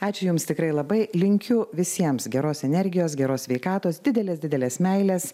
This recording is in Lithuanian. ačiū jums tikrai labai linkiu visiems geros energijos geros sveikatos didelės didelės meilės